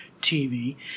TV